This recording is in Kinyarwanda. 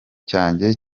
cyanjye